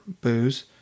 booze